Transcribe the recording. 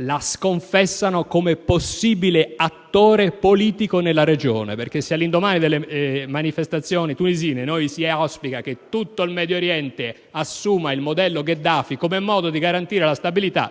la sconfessano come possibile attore politico nella regione. Infatti, se all'indomani delle manifestazioni tunisine auspichiamo che tutto il Medio Oriente assuma il modello Gheddafi per garantire la stabilità,